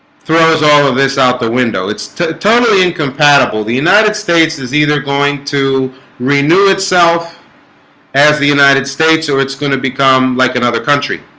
throws all of this out the window it's totally incompatible the united states is either going to renew itself as the united states or it's going to become like another country